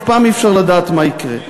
אף פעם אי-אפשר לדעת מה יקרה.